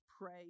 pray